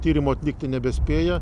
tyrimų atlikti nebespėja